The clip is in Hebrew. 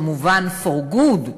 כמובן for good,